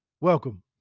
welcome